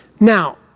Now